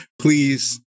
Please